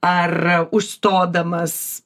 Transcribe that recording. ar užstodamas